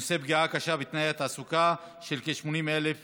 בנושא: פגיעה קשה בתנאי ההעסקה של כ-80,000